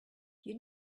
you